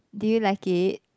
do you like it